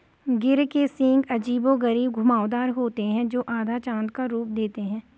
गिर के सींग अजीबोगरीब घुमावदार होते हैं, जो आधा चाँद का रूप देते हैं